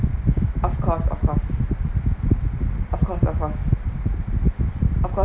of course of course of course of course of course